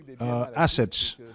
assets